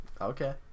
Okay